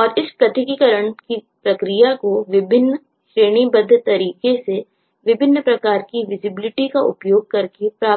और इस पृथक्करण की प्रक्रिया को विभिन्न श्रेणीबद्ध तरीके से विभिन्न प्रकार की विजिबिलिटीपर